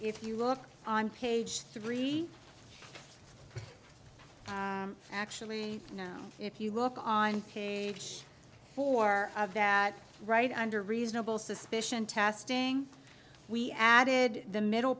if you look on page three actually now if you look on a beach for of that right under reasonable suspicion testing we added the middle